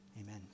Amen